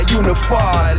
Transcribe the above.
unify